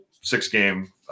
six-game